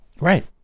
Right